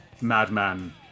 madman